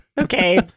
okay